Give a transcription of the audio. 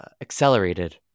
accelerated